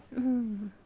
mmhmm